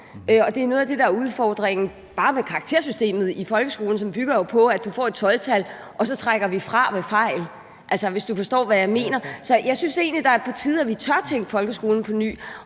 Og det er noget af det, der er udfordringen. Bare se på karaktersystemet i folkeskolen, som bygger på, at du får et 12-tal, og så trækker vi fra ved fejl, altså, hvis I forstår, hvad jeg mener. Så jeg synes egentlig, det er på tide, at vi tør tænke folkeskolen på ny,